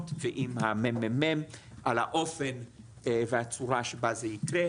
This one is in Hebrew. ועם המ.מ.מ על האופן והצורה שבה זה יקרה.